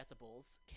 decibels